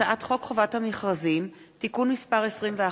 הצעת חוק חובת המכרזים (תיקון מס' 21),